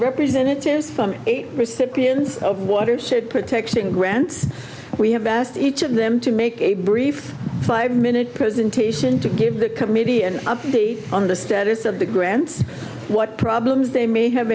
representatives from eight recipients of watershed protection grants we have asked each of them to make a brief five minute presentation to give the committee and update on the status of the grants what problems they may have